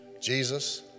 Jesus